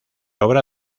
obra